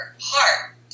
heart